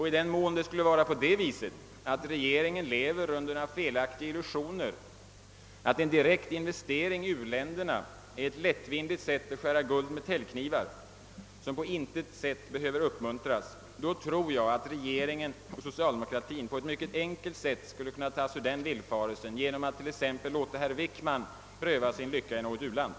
I den mån det skulle vara på det viset att regeringen lever under några illusioner att en direkt investering i u-länderna är ett lättvindigt sätt att skära guld med täljknivar, som på intet sätt behöver uppmuntras, tror jag att regeringen och socialdemokratin på ett mycket enkelt sätt skulle kunna tas ur den villfarelsen genom att exempelvis låta herr Wickman pröva sin lycka i något u-land.